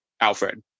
Alfred